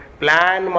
plan